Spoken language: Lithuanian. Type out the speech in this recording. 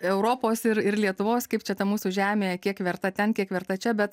europos ir ir lietuvos kaip čia ta mūsų žemė kiek verta ten kiek verta čia bet